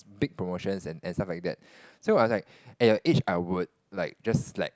big promotions and and stuff like that so I was like at your age I would like just like